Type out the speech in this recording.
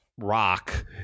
rock